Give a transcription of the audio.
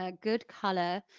ah good colour,